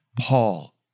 Paul